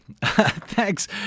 thanks